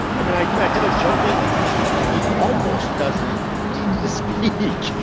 i mean, i yeah kind of jokingly tell people he almost doesn't need to speak. he.